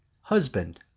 Husband